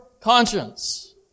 conscience